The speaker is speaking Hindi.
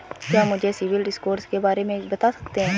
क्या मुझे सिबिल स्कोर के बारे में आप बता सकते हैं?